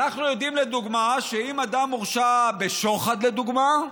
אנחנו יודעים שאם אדם הורשע בשוחד, לדוגמה,